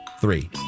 Three